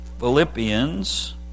Philippians